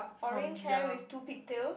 orange hair with two pigtails